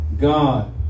God